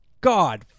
God